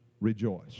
Rejoice